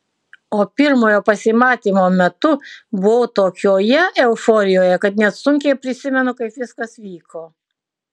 o pirmojo pasimatymo metu buvau tokioje euforijoje kad net sunkiai prisimenu kaip viskas vyko